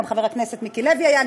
גם חבר הכנסת מיקי לוי היה,